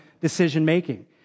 decision-making